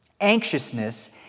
Anxiousness